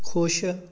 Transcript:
ਖੁਸ਼